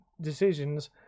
decisions